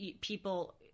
People